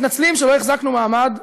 מתנצלים שלא החזקנו מעמד,